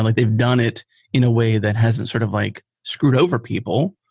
like they've done it in a way that hasn't sort of like screwed over people.